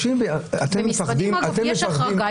במשרדים אגב יש החרגה,